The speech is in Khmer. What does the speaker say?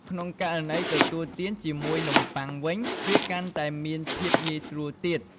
ក្នុងករណីទទួលទានជាមួយនំបុ័ងវិញ វាកាន់តែមានភាពងាយស្រួលទៀត។